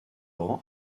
rend